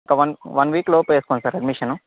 one one week లోపే వేసుకోండి sir admission